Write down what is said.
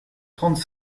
trente